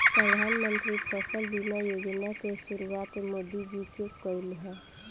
प्रधानमंत्री फसल बीमा योजना के शुरुआत मोदी जी के कईल ह